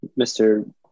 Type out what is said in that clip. Mr